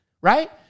right